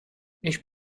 ich